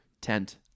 tent